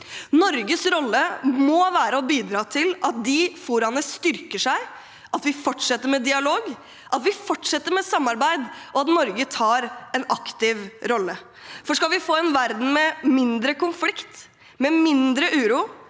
Norges rolle må være å bidra til at de foraene styrker seg, at vi fortsetter med dialog, at vi fortsetter med samarbeid, og at Norge tar en aktiv rolle. Skal vi få en verden med min